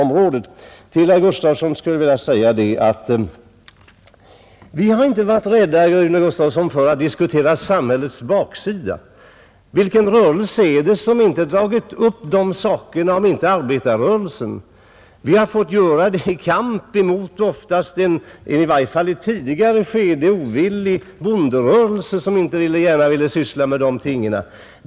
Sedan, herr Gustavsson i Alvesta, har vi socialdemokrater inte varit rädda för att diskutera samhällets baksida, Vilken rörelse är det som har dragit upp dessa frågor, om inte arbetarrörelsen? Och vi har ofta fått göra det — åtminstone i tidigare skeden — i kamp med en ovillig bonderörelse, som inte gärna ville syssla med de sakerna.